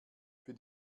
für